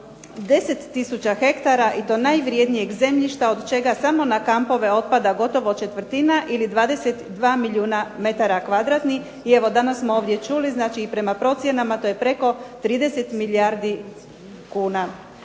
tisuća hektara i to najvrjednijeg zemljišta od čega samo na kampove otpada gotovo četvrtina, ili 22 milijuna metara kvadratnih. I evo danas smo ovdje čuli znači i prema procjenama to je preko 30 milijardi kuna.